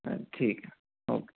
ठीक है ओके